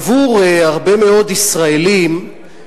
עבור הרבה מאוד ישראלים,